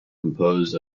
composed